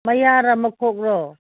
ꯃꯌꯥꯔꯥ ꯃꯈꯣꯛꯂꯣ